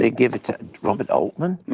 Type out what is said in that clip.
they gave it to robert altman.